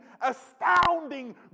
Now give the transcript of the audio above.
astounding